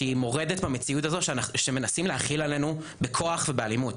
שהיא מורדת במציאות הזו שמנסים להחיל עלינו בכוח ובאלימות,